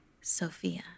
Sophia